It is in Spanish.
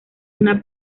una